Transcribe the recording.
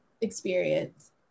experience